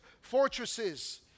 fortresses